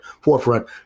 forefront